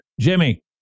Jimmy